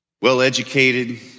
well-educated